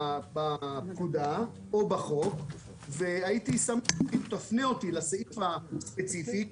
בפקודה או בחוק והייתי שמח אם תפנה אותי לסעיף הספציפי,